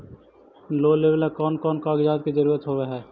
Loan लेबे ला कौन कौन कागजात के जरुरत होबे है?